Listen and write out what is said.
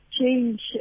change